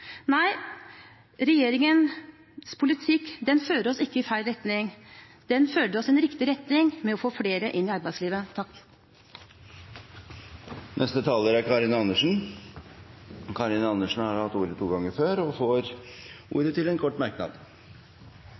Nei, regjeringens politikk fører oss ikke i feil retning – den fører oss i riktig retning ved å få flere inn i arbeidslivet. Representanten Karin Andersen har hatt ordet to ganger tidligere og får ordet til en kort merknad,